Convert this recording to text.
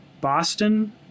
Boston